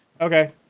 Okay